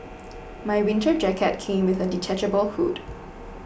my winter jacket came with a detachable hood